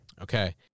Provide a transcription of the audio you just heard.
Okay